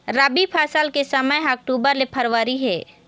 रबी फसल के समय ह अक्टूबर ले फरवरी हे